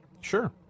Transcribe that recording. Sure